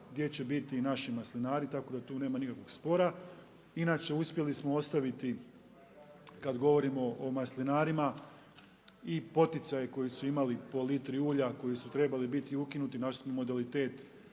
gdje će biti i naši maslinari, tako da tu nema nikakvog spora. Inače, uspjeli smo ostaviti kad govorimo o maslinarima i poticaje koje su imali po litri ulja, koji su trebali biti ukinuti. Našli smo modalitet